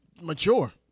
mature